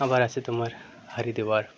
আবার আছে তোমার হরিদ্বার